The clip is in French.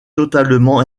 totalement